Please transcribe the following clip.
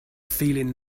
feeling